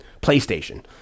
PlayStation